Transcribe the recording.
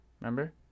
Remember